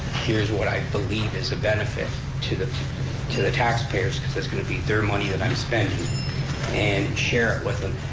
here's what i believe is a benefit to the to the taxpayers, cause it's going to be their money that i'm spending and share it with them,